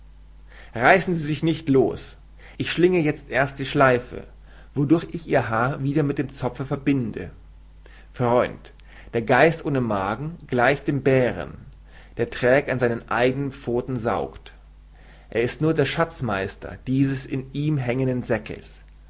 reißen sie sich nicht los ich schlinge jezt erst die schleife wodurch ich ihr haar wieder mit dem zopfe verbinde freund der geist ohne magen gleicht dem bären der träg an seinen eigenen pfoten saugt er ist nur der schatzmeister dieses in ihm hängenden säkels